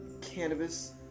cannabis